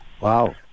Wow